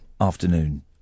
afternoon